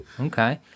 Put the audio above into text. Okay